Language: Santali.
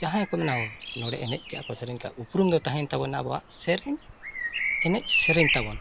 ᱡᱟᱦᱟᱸᱭᱠᱚ ᱢᱮᱱᱟ ᱱᱚᱰᱮ ᱮᱱᱮᱡ ᱠᱮᱜᱼᱟᱠᱚ ᱥᱮᱨᱮᱧ ᱠᱮᱜᱼᱟᱠᱚ ᱩᱯᱨᱩᱢ ᱫᱚ ᱛᱟᱦᱮᱸᱭᱮᱱ ᱛᱟᱵᱚᱱᱟ ᱟᱵᱚᱣᱟᱜ ᱥᱮᱨᱮᱧ ᱮᱱᱮᱡ ᱥᱮᱨᱮᱧ ᱛᱟᱵᱚᱱ